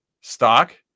Stock